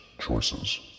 choices